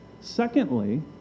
Secondly